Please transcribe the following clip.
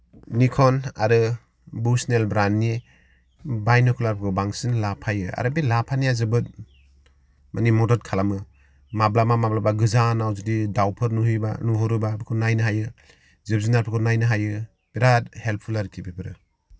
निक'न आरो बुसनेल ब्राण्डनि बायन'कुलारफोरखौ बांसिन लाफायो आरो बे लाफानाया जोबोद माने मदद खालामो माब्लाबा माब्लाबा गोजानाव जुदि दावफोर नुयोबा नुहरोबा बेखौ नायनो हायो जिब जुनारफोरखौ नायनो हायो बिाद हेल्पफुल आरोखि बेफोरो